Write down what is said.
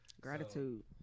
gratitude